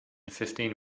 fifteen